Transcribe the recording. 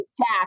Jack